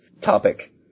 topic